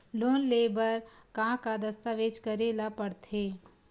Loan ले बर का का दस्तावेज करेला पड़थे?